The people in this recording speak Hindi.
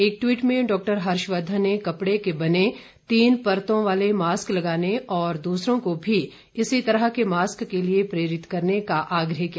एक ट्वीट में डॉक्टर हर्षवर्घन ने कपड़े के बने तीन परतों वाले मास्क लगाने और दूसरों को भी इसी तरह के मास्क के लिये प्रेरित करने का आग्रह किया